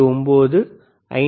9 5